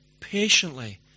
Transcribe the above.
patiently